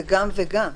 זה גם וגם.